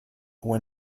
when